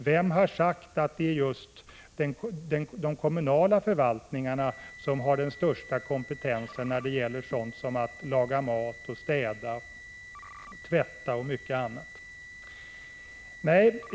Vem har sagt att det är just de kommunala förvaltningarna som har den största kompetensen när det gäller sådant som att laga mat, städa och tvätta?